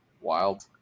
wild